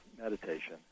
meditation